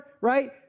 right